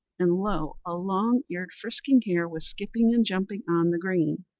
and lo! a long-eared, frisking hare was skipping and jumping on the green.